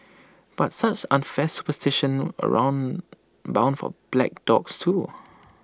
but such unfair superstitions around bound for black dogs too